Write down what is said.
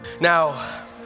Now